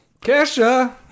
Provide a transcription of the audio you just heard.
Kesha